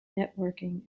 networking